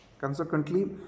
Consequently